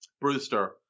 Brewster